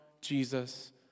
Jesus